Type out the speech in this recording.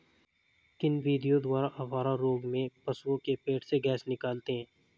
किन विधियों द्वारा अफारा रोग में पशुओं के पेट से गैस निकालते हैं?